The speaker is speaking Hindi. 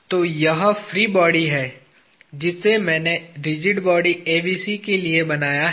तो यह फ्री बॉडी है जिसे मैंने रिजिड बॉडी ABC के लिए बनाया है